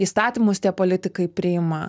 įstatymus tie politikai priima